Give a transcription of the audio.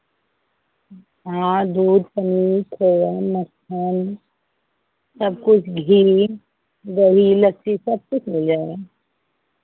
हाँ दूध पनीर खोया मक्खन सब कुछ घी दही लस्सी सब कुछ मिल जाएगा